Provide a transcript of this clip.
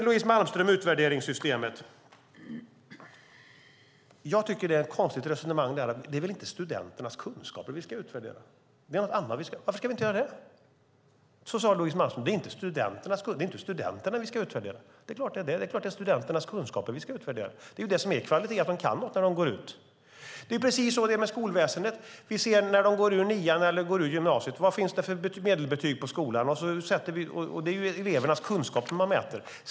Louise Malmström tar upp utvärderingssystemet. Jag tycker att det är ett konstigt resonemang att det inte är studenternas kunskaper som vi ska utvärdera. Varför ska vi inte göra det? Louise Malmström sade att det inte är studenterna vi ska utvärdera. Jo, det är klart att det är det. Det är klart att det är studenternas kunskaper som vi ska utvärdera. Det är ju det som är kvalitet, att de kan något när de går ut. Det är precis så det är med skolväsendet. När de går ut nian eller går ut gymnasiet ser man vilket medelbetyg det finns på skolan, och då är det elevernas kunskaper som man mäter.